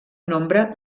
nombre